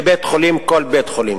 הפנימיות.